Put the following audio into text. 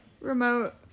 Remote